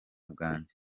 bwanjye